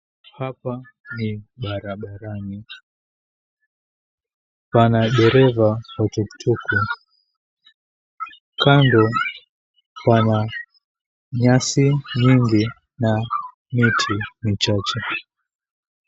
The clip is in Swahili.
Hapa ni barabarani. Pana dereva wa tukutuku. Kando pana nyasi nyingi na miti michache.